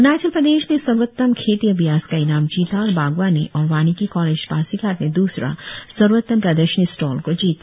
अरुणाचल प्रदेश ने सर्वोत्तम खेती अभ्यास का इनाम जीता और बागवानी और वानिकी कॉलेज पासीघाट ने दूसरा सर्वोत्तम प्रदर्शनी स्टॉल को जीता